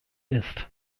ist